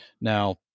Now